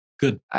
Good